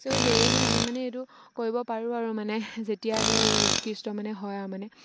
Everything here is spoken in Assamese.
ছ' সেয়েহে আমি মানে এইটো কৰিব পাৰোঁ আৰু মানে যেতিয়াহে উৎকৃষ্ট মানে হয় আৰু মানে